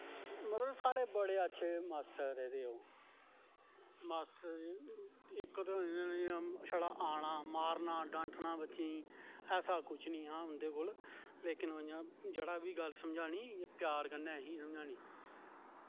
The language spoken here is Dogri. मतलव साढ़े बड़े अच्छे माश्टर रेह्दे ओह् माश्टर इक ते होंदे छड़ा औना मारना छड़ा डांटनां बच्चें गी ऐसा कुछ नी हा उंदे कोल लेकिन इयां जेह्ड़ी बी गल्ल असेंगी समझानी प्यार कन्नै असेंगी समझानीं